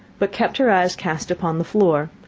but kept her eyes cast upon the floor.